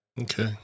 Okay